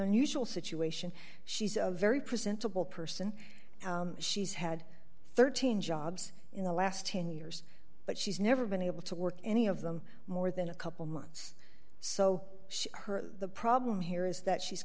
unusual situation she's a very presentable person she's had thirteen jobs in the last ten years but she's never been able to work any of them more than a couple months so her the problem here is that she's